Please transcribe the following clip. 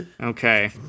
Okay